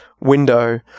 window